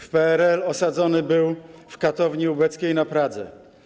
W PRL osadzony był w katowni ubeckiej na Pradze.